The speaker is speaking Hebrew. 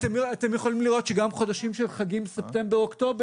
אתם יכולים לראות שגם חודשים של חגים ספטמבר-אוקטובר,